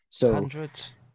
Hundreds